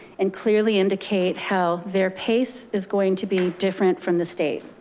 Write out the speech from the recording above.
and clearly indicate how their pace is going to be different from the state.